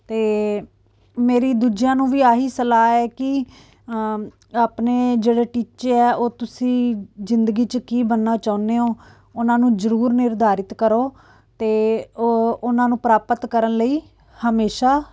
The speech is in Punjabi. ਅਤੇ ਮੇਰੀ ਦੂਜਿਆਂ ਨੂੰ ਵੀ ਆਹੀ ਸਲਾਹ ਹੈ ਕਿ ਆਪਣੇ ਜਿਹੜੇ ਟੀਚੇ ਆ ਉਹ ਤੁਸੀਂ ਜ਼ਿੰਦਗੀ 'ਚ ਕੀ ਬਣਨਾ ਚਾਹੁੰਦੇ ਹੋ ਉਨ੍ਹਾਂ ਨੂੰ ਜ਼ਰੂਰ ਨਿਰਧਾਰਿਤ ਕਰੋ ਅਤੇ ਉਹ ਉਹਨਾਂ ਨੂੰ ਪ੍ਰਾਪਤ ਕਰਨ ਲਈ ਹਮੇਸ਼ਾ